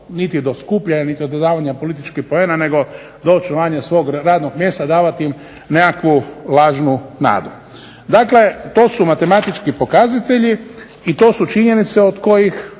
niti do skupljanja niti do davanja političkih poena nego do očuvanja svog radnog mjesta, davati im nekakvu lažnu nadu. Dakle, to su matematički pokazatelji i to su činjenice od kojih